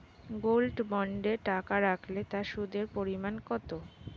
Gold বন্ডে টাকা রাখলে তা সুদের পরিমাণ কত?